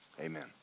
Amen